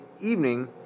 evening